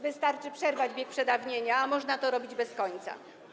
Wystarczy przerwać bieg przedawnienia, a można to robić bez końca.